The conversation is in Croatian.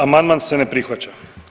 Amandman se ne prihvaća.